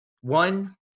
one